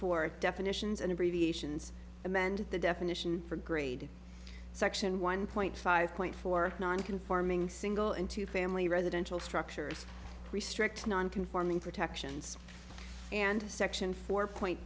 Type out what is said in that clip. four definitions and abbreviations amend the definition for grade section one point five point four non conforming single into family residential structures restrict non conforming protections and section four point